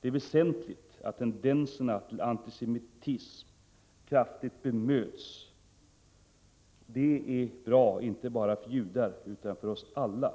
Det är väsentligt att 13 tendenserna till antisemitism bemöts kraftfullt. Det är bra, inte bara för judar utan för oss alla.